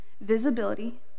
visibility